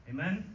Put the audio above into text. Amen